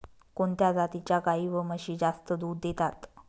कोणत्या जातीच्या गाई व म्हशी जास्त दूध देतात?